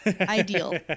Ideal